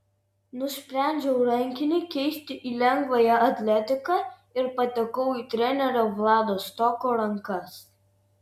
nusprendžiau rankinį keisti į lengvąją atletiką ir patekau į trenerio vlado stoko rankas